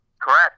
Correct